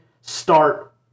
start